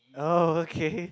oh okay